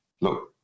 Look